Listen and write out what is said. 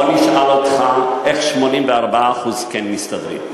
בוא נשאל אותך: איך 84% כן מסתדרים?